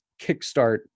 kickstart